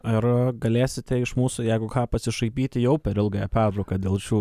ir galėsite iš mūsų jeigu ką pasišaipyti jau per ilgąją pertrauką dėl šių